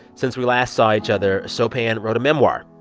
since we last saw each other, sopan wrote a memoir.